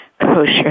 kosher